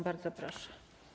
Bardzo proszę.